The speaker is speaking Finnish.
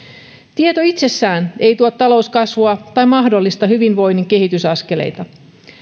tieto itsessään ei tuo talouskasvua tai mahdollista hyvinvoinnin kehitysaskeleita